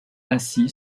ainsi